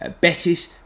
Betis